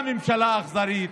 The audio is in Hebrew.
הייתה ממשלה אכזרית.